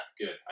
good